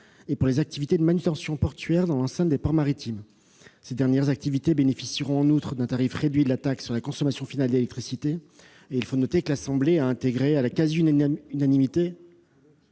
que pour les activités de manutention portuaire dans l'enceinte des ports maritimes ; ces dernières activités bénéficieront, en outre, d'un tarif réduit de la taxe sur la consommation finale d'électricité (TCFE). Il faut noter que les députés ont intégré à ce dispositif,